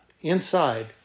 inside